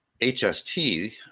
HST